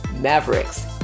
mavericks